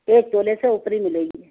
ایک تولے سے اوپر ہی ملے گی